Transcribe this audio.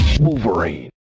Wolverine